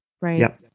Right